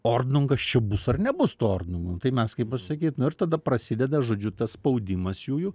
ornungas čia bus ar nebus to ornungo tai mes kaip pasakyt nu ir tada prasideda žodžiu tas spaudimas jųjų